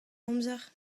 amzer